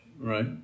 right